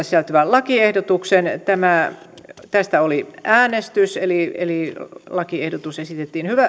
sisältyvän lakiehdotuksen tästä oli äänestys eli eli lakiehdotus esitettiin